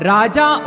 Raja